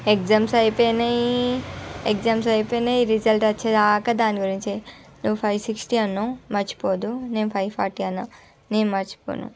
exams అయిపోయినాయి exams అయిపోయినాయి result వచ్చేదాకా దాని గురించి నువ్వు ఫైవ్ సిక్స్టీ అన్నావు మరచిపోవద్దు నేను ఫైవ్ ఫార్టీ అన్నాను నేను మరచిపోను